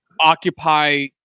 occupy